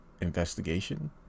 investigation